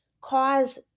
cause